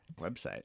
Website